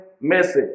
message